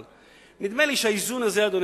אבל,